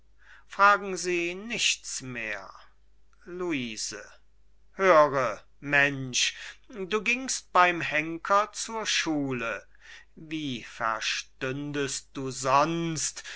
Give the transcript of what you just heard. fragen sie nichts mehr luise höre mensch du gingst beim henker zur schule wie verstündest du sonst